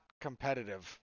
competitive